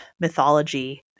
mythology